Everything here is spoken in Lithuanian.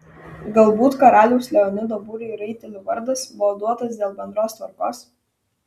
galbūt karaliaus leonido būriui raitelių vardas buvo duotas dėl bendros tvarkos